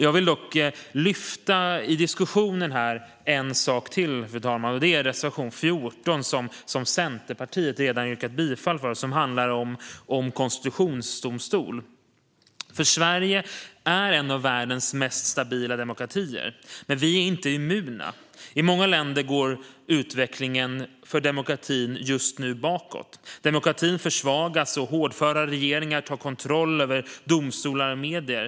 Jag vill dock lyfta upp en sak till i diskussionen, fru talman. Det är reservation 14, som Centerpartiet redan har yrkat bifall till och som handlar om att införa en konstitutionsdomstol. Sverige är en av världens mest stabila demokratier, men vi är inte immuna. I många länder går utvecklingen för demokratin just nu bakåt. Demokratin försvagas, och hårdföra regeringar tar kontroll över domstolar och medier.